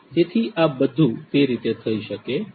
તેથી આ બધું તે રીતે થઇ શકે છે